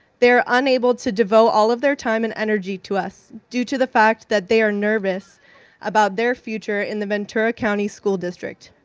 they're unable to to goat all of their time and energy to us due to the fact that they are nervous about their future in the ventura county school district.